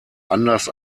anders